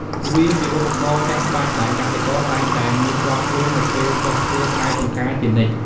វាជាឧបករណ៍ចាំបាច់ដែលកសិករតែងតែមានជាប់ខ្លួននៅពេលចុះធ្វើស្រែចម្ការជានិច្ច។